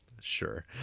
Sure